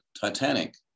Titanic